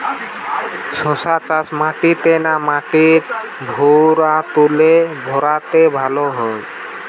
শশা চাষ মাটিতে না মাটির ভুরাতুলে ভেরাতে ভালো হয়?